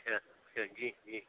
अच्छा अच्छा जी जी